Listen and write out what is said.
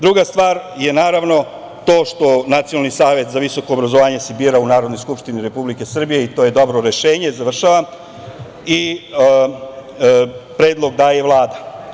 Druga stvar je to što se Nacionalni savet za visoko obrazovanje bira u Narodnoj skupštini Republike Srbije, i to je dobro rešenje i predlog daje Vlada.